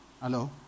Hello